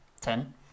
Ten